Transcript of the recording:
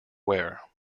wear